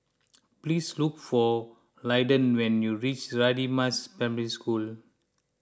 please look for Lyndon when you reach Radin Mas Primary School